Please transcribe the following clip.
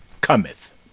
cometh